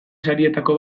sarietako